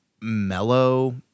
mellow